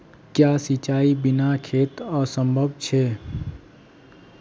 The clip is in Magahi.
क्याँ सिंचाईर बिना खेत असंभव छै?